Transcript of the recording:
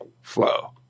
flow